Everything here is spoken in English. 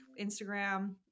Instagram